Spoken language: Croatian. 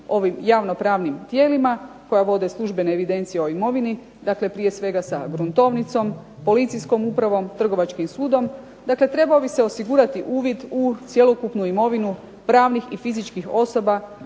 ovim javnopravnim tijelima, koja vode službene evidencije o imovini, dakle prije svega sa gruntovnicom, policijskom upravom, trgovačkim sudom, dakle trebao bi se osigurati uvid u cjelokupnu imovinu pravnih i fizičkih osoba